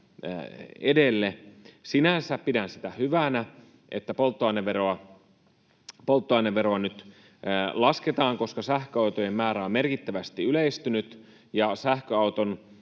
edelle. Sinänsä pidän sitä hyvänä, että polttoaineveroa nyt lasketaan, koska sähköautojen määrä on merkittävästi yleistynyt ja sähköauton